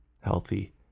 healthy